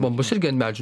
bombos irgi an medžių